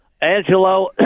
Angelo